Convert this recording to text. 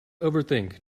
overthink